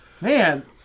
man